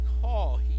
call